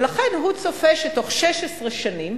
ולכן הוא צופה שתוך 16 שנים